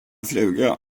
fluga